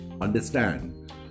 understand